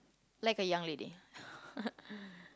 like a young lady